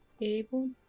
able